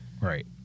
right